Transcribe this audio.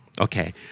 Okay